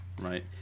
Right